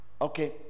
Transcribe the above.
Okay